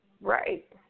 Right